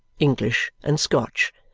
english, and scotch,